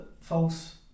false